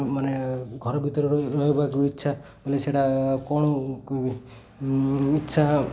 ମାନେ ଘର ଭିତରେ ରହି ରହିବାକୁ ଇଚ୍ଛା ହେଲେ ସେଇଟା କ'ଣ ଇଚ୍ଛା